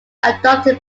adopted